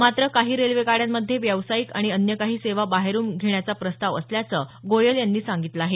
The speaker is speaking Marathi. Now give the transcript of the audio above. मात्र काही रेल्वेगाड्यांमध्ये व्यावसायिक आणि अन्य काही सेवा बाहेरुन घेण्याचा प्रस्ताव असल्याचं गोयल यांनी सांगितलं आहे